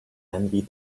envy